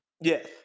Yes